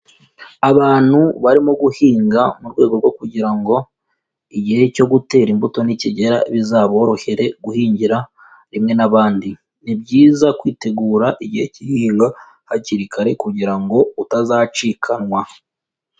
Abantu barimo guhinga mu rwego rwo kugira ngo igihe cyo gutera imbuto nikigera bizaborohere guhingira rimwe n'abandi, ni byiza kwitegura igihe cy'ihinga hakiri kare kugira ngo utazacikanwa.